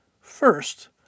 First